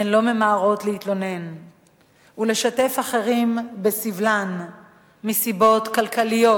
הן לא ממהרות להתלונן ולשתף אחרים בסבלן מסיבות כלכליות,